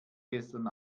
gestern